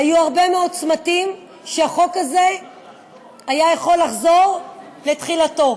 היו הרבה מאוד צמתים שהחוק הזה היה יכול לחזור לתחילתו.